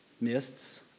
Mists